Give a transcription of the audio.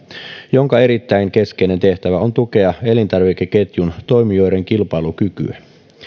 jonka erittäin keskeinen tehtävä on tukea elintarvikeketjun toimijoiden kilpailukykyä